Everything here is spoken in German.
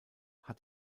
hat